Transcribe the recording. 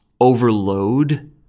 overload